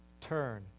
Turn